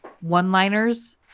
one-liners